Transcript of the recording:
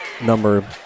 number